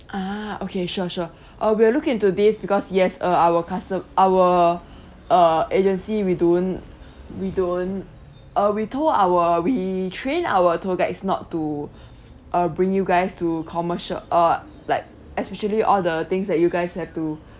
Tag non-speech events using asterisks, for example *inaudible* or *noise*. ah okay sure sure *breath* uh we'll look into this because yes uh our custo~ our *breath* uh agency we don't we don't uh we told our we train our tour guides not to *breath* uh bring you guys to commercial uh like especially all the things that you guys have to